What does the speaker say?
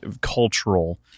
cultural